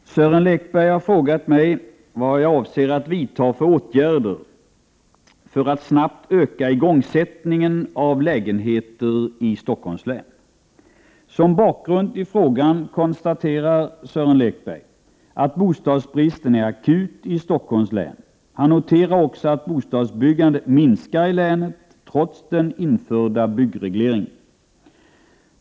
Herr talman! Sören Lekberg har frågat mig vad jag avser att vidta för åtgärder för att snabbt öka igångsättningen av byggandet av lägenheter i Stockholms län. Som bakgrund till frågan konstaterar Sören Lekberg att bostadsbristen är akut i Stockholms län. Han noterar också att bostadsbyggandet minskar i länet, trots den införda byggregleringen.